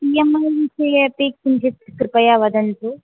E M I विषये अपि किञ्चित् कृपया वदन्तु